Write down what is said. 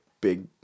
big